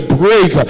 break